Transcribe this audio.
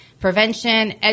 prevention